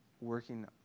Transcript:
working